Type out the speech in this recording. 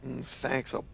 Thanks